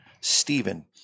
Stephen